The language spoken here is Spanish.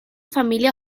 familia